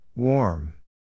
Warm